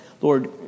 Lord